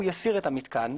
הוא יסיר את המתקן,